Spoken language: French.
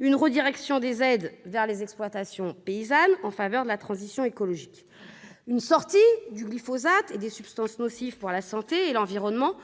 une redirection des aides vers les exploitations paysannes en faveur de la transition écologique ; une sortie du glyphosate et des substances nocives pour la santé et l'environnement,